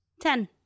Ten